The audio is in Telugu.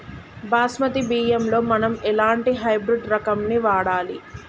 బాస్మతి బియ్యంలో మనం ఎలాంటి హైబ్రిడ్ రకం ని వాడాలి?